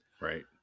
Right